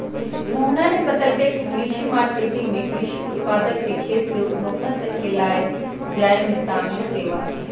मोहना ने बतल कई की कृषि मार्केटिंग में कृषि उत्पाद के खेत से उपभोक्ता तक ले जाये में शामिल सेवा हई